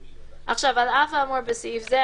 (ג)על אף האמור בסעיף זה,